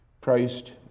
Christ